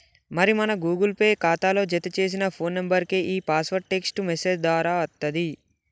మరి మన Google Pay ఖాతాలో జతచేసిన ఫోన్ నెంబర్కే ఈ పాస్వర్డ్ టెక్స్ట్ మెసేజ్ దారా అత్తది